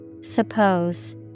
Suppose